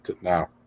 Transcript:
now